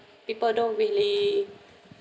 people don't really